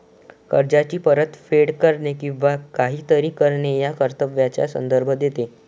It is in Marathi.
कर्जाची परतफेड करणे किंवा काहीतरी करणे या कर्तव्याचा संदर्भ देते